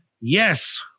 Yes